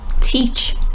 teach